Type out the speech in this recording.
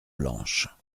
blanches